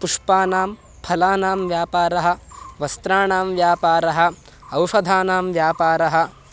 पुष्पाणां फलानां व्यापारः वस्त्राणां व्यापारः औषधानां व्यापारः